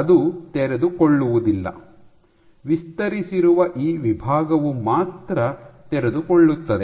ಅದು ತೆರೆದುಕೊಳ್ಳುವುದಿಲ್ಲ ವಿಸ್ತರಿಸಿರುವ ಈ ವಿಭಾಗವು ಮಾತ್ರ ತೆರೆದುಕೊಳ್ಳುತ್ತದೆ